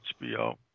HBO